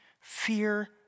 fear